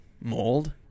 mold